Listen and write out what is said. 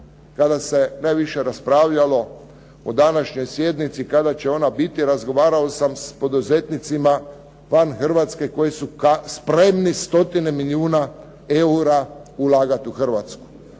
kada se najviše raspravljalo o današnjoj sjednici kada će ona biti, razgovarao sam s poduzetnicima van Hrvatske koji su spremni stotine milijuna eura ulagati u Hrvatsku.